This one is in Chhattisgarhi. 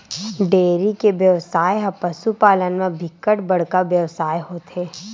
डेयरी के बेवसाय ह पसु पालन म बिकट बड़का बेवसाय होथे